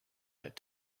that